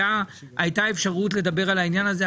והייתה אפשרות לדבר על העניין הזה.